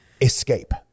escape